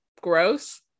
gross